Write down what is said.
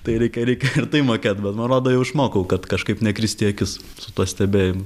tai reikia reikia ir tai mokėt bet man rodo jau išmokau kad kažkaip nekrist į akis su tuo stebėjimu